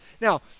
Now